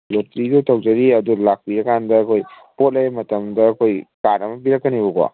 ꯂꯣꯇꯔꯤꯗꯣ ꯇꯧꯖꯔꯤ ꯑꯗꯣ ꯂꯥꯛꯄꯤꯔꯀꯥꯟꯗ ꯑꯩꯈꯣꯏ ꯄꯣꯠ ꯂꯩ ꯃꯇꯝꯗ ꯑꯩꯈꯣꯏ ꯀꯥꯔꯠ ꯑꯃ ꯄꯤꯔꯛꯀꯅꯦꯕꯀꯣ